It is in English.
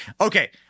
Okay